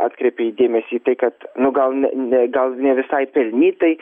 atkreipė dėmesį į tai kad nu gal ne ne gal ne visai pelnytai